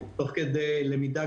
תוך כדי למידה,